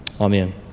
Amen